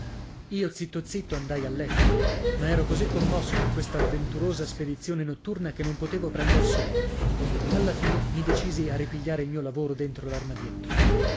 io zitto zitto andai a letto ma ero così commosso per questa avventurosa spedizione notturna che non potevo prender sonno alla fine mi decisi a ripigliare il mio lavoro dentro